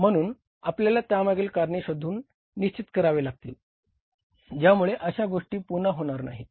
म्हणून आपल्याला त्यामागील कारणे शोधून निश्चित करावी लागतील ज्यामुळे अशा गोष्टी पुन्हा होणार नाहीत